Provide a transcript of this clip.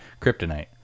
kryptonite